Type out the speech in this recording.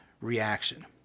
reaction